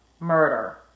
murder